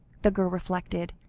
the girl reflected,